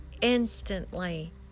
instantly